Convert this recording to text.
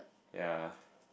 ya